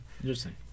Interesting